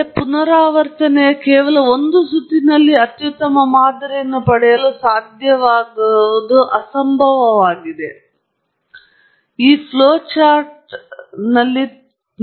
ಈ ಪುನರಾವರ್ತನೆಯ ಕೇವಲ ಒಂದು ಸುತ್ತಿನಲ್ಲಿ ನೀವು ಅತ್ಯುತ್ತಮ ಮಾದರಿಯನ್ನು ಪಡೆಯಲು ಸಾಧ್ಯವಾಗುತ್ತದೆ ಎಂದು ಇಲ್ಲಿ ಅಸಂಭವವಾಗಿದೆ ಇಲ್ಲಿ ಈ ಹರಿವಿನ ಚಾರ್ಟ್ನ ಒಂದು ಪಾಸ್